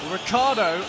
Ricardo